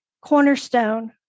cornerstone